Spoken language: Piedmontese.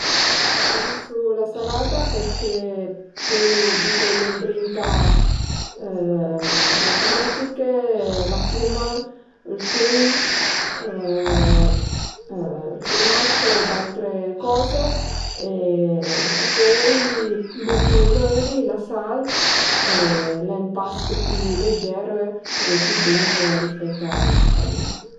Preferisu la salada perché pölu büteie ëndrinta le tumatiche, la tuma, ël tun, ël furmac e d'autre coze e pöi büti l'öli, la sal e al e ün past pi leger e pi bun rispèt a ün panino